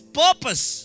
purpose